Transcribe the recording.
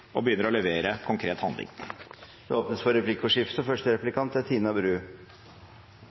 og begynner å levere konkret handling. Det blir replikkordskifte. Klima- og